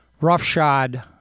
roughshod